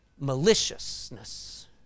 Maliciousness